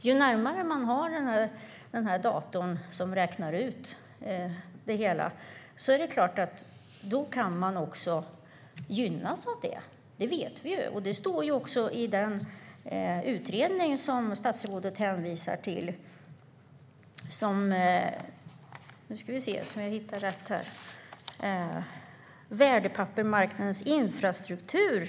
Ju närmare man har datorn som räknar ut det hela desto mer kan man gynnas av det. Det vet vi. Det står också i den utredning som statsrådet hänvisar till om värdepappersmarknadens infrastruktur.